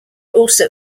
also